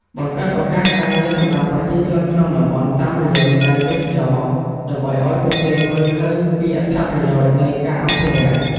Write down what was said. បង្កើតឱកាសការងារសម្រាប់ប្រជាជនក្នុងតំបន់តាមរយៈវិស័យទេសចរណ៍ ដើម្បីឱ្យពួកគេមើលឃើញពីអត្ថប្រយោជន៍នៃការអភិរក្ស។